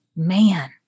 Man